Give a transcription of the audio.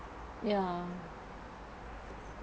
ya